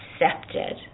accepted